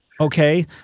okay